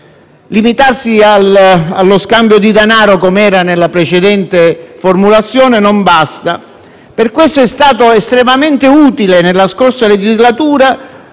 Limitarsi allo scambio di denaro, com'era nella precedente formulazione, non basta. Per questo motivo, nella scorsa legislatura,